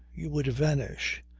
you would vanish.